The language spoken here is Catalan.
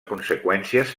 conseqüències